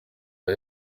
rwa